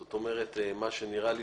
זאת אומרת, מה שנראה לי